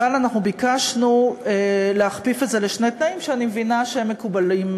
אבל ביקשנו להכפיף את זה לשני תנאים שאני מבינה שהם מקובלים,